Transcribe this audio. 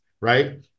right